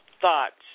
thoughts